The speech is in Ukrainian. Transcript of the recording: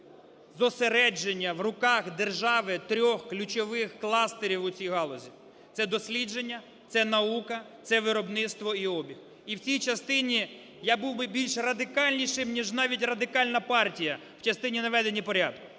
зосередження в руках держави трьох ключових кластерів у цій галузі – це дослідження, це наука, це виробництво і обіг. І в цій частині я був би більш радикальнішим, ніж навіть Радикальна партія в частині наведення порядку.